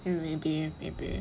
mm maybe maybe